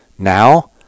Now